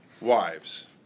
wives